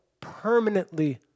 permanently